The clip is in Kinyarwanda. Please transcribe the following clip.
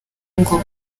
ngo